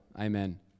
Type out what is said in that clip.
Amen